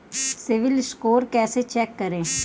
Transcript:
CIBIL score कैसे चेक करें?